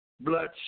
bloodshed